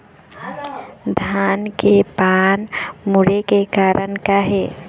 धान के पान मुड़े के कारण का हे?